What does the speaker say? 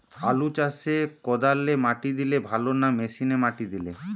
আলু চাষে কদালে মাটি দিলে ভালো না মেশিনে মাটি দিলে?